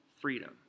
freedom